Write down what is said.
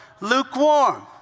lukewarm